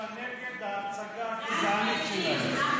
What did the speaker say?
אתה נגד ההצגה הגזענית שלהם.